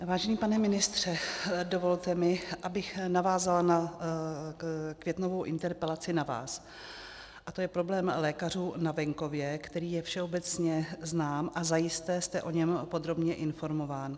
Vážený pane ministře, dovolte mi, abych navázala na květnovou interpelaci na vás, a to je problém lékařů na venkově, který je všeobecně znám a zajisté jste o něm podrobně informován.